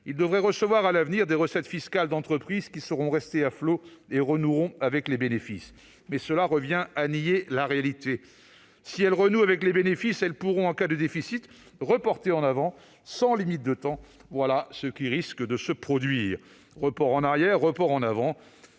il devrait recevoir, à l'avenir, des recettes fiscales d'entreprises qui seront restées à flot et renoueront avec les bénéfices. » Mais cela revient à nier la réalité ! Si les entreprises renouent avec les bénéfices, elles pourront, en cas de déficit, reporter en avant, sans limite dans le temps. Voilà ce qui risque de se produire : report en arrière, report en avant